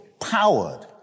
powered